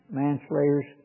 manslayers